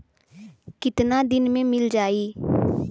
कितना दिन में मील जाई?